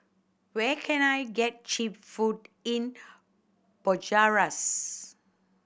where can I get cheap food in Bucharest